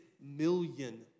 million